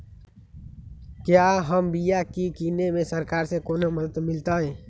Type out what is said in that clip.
क्या हम बिया की किने में सरकार से कोनो मदद मिलतई?